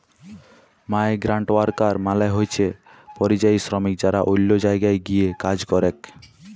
migrant worker মালে হইসে পরিযায়ী শ্রমিক যারা অল্য জায়গায় গিয়ে কাজ করেক